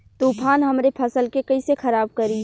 तूफान हमरे फसल के कइसे खराब करी?